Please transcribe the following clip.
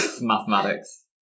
Mathematics